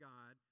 God